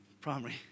primary